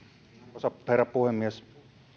arvoisa herra puhemies